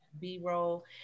B-roll